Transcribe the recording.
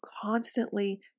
constantly